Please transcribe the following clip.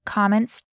comments